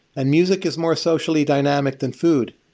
and music is more socially dynamic than food.